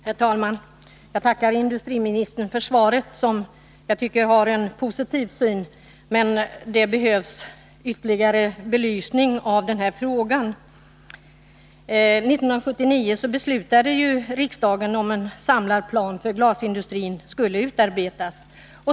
Herr talman! Jag tackar industriministern för svaret, som jag tycker uttrycker en positiv syn. Det behövs emellertid ytterligare belysning av den här frågan. 1979 beslutade riksdagen att en samlad plan för glasindustrin skulle utarbetas.